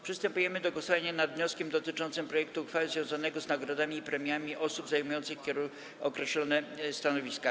Przystępujemy do głosowania nad wnioskiem dotyczącym projektu uchwały związanego z nagrodami i premiami osób zajmujących określone stanowiska.